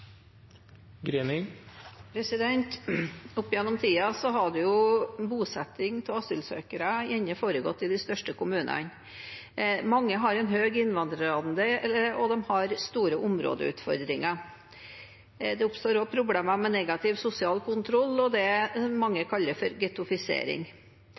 Opp gjennom tiden har jo bosetting av asylsøkere gjerne foregått i de største kommunene. Mange har en høy innvandrerandel og store områdeutfordringer. Det oppstår også problemer med negativ sosial kontroll og det